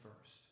first